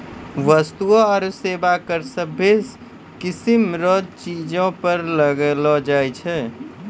वस्तु आरू सेवा कर सभ्भे किसीम रो चीजो पर लगैलो जाय छै